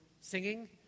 singing